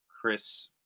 Chris